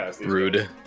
Rude